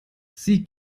sie